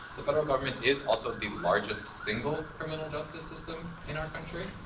the federal government is also the largest single criminal justice system in our country.